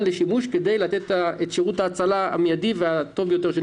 לשימוש כדי לתת את שירות ההצלה המיידי והטוב ביותר.